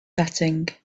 setting